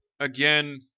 again